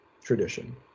tradition